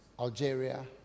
Algeria